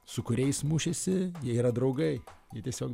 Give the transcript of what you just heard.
su kuriais mušėsi jie yra draugai jie tiesiog